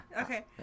Okay